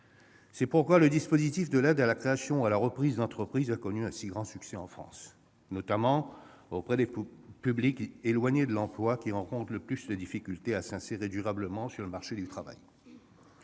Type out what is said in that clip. C'est pourquoi le dispositif de l'aide à la création ou à la reprise d'entreprise a connu un si grand succès en France, notamment auprès des publics éloignés de l'emploi, qui rencontrent le plus de difficultés à s'insérer durablement sur le marché du travail.